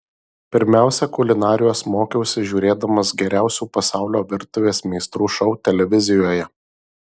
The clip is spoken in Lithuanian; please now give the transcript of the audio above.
pirmiausia kulinarijos mokiausi žiūrėdamas geriausių pasaulio virtuvės meistrų šou televizijoje